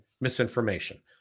misinformation